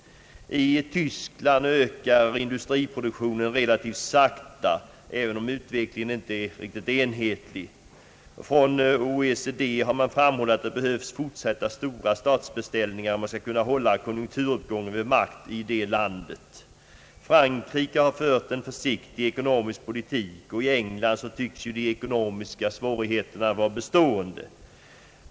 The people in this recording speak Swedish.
I Tyskland ökar industriproduktionen relativt långsamt, även om utvecklingen inte är riktigt enhetlig. Från OECD har man framhållit att det behövs fortsatta stora statsbeställningar för att kunna hålla konjunkturuppgången intakt i det landet. Frankrike har fört en försiktig ekonomisk politik och i England tycks de ekonomiska svårigheterna vara bestående.